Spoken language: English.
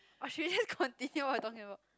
or should we just continue what we are talking about